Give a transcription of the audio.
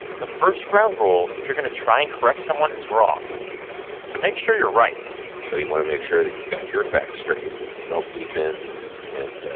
the first ground rule if you're going to try and correct someone who's wrong is to make sure you're right so you want to make sure that you've got your facts straight and you don't leap in and,